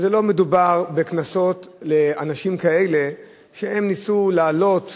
שלא מדובר בקנסות לאנשים שהם כאלה שניסו לעלות